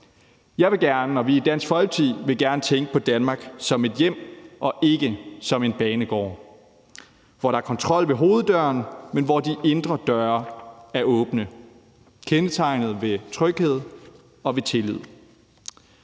Jeg vil gerne, og vi i Dansk Folkeparti vil gerne tænke på Danmark som et hjem og ikke som en banegård – et hjem, hvor der er kontrol ved hoveddøren, men hvor de indre døre er åbne, og et hjem, som er kendetegnet ved tryghed og ved tillid.